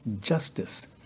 justice